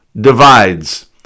divides